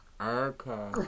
Okay